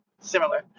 similar